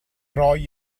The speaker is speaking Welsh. roi